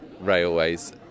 railways